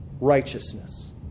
Righteousness